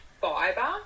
fiber